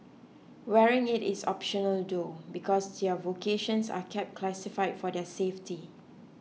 wearing it is optional though because their vocations are kept classified for their safety